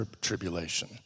tribulation